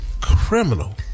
criminal